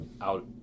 out